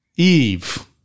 Eve